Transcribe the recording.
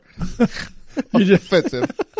offensive